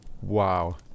Wow